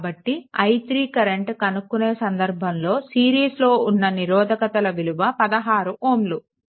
కాబట్టి i3 current కనుక్కునే సందర్భంలో సిరీస్లో ఉన్న నిరోధకతల విలువ 16 Ω